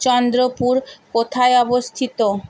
চন্দ্রপুর কোথায় অবস্থিত